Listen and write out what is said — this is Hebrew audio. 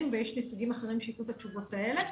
ויש נציגים אחרים שיתנו את התשובות האלה.